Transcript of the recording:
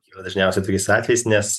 kyla dažniausiai tokiais atvejais nes